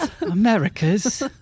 Americas